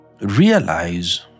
realize